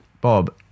Bob